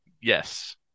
Yes